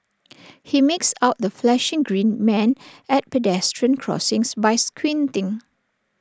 he makes out the flashing green man at pedestrian crossings by squinting